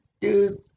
dude